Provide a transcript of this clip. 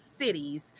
cities